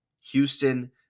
Houston